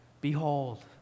Behold